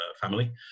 family